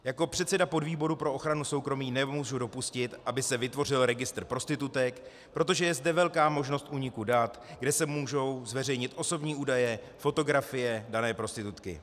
Jako předseda podvýboru pro ochranu soukromí nemůžu dopustit, aby se vytvořil registr prostitutek, protože je zde velká možnost úniku dat, kde se můžou zveřejnit osobní údaje, fotografie dané prostitutky.